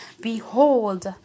Behold